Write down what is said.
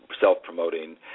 self-promoting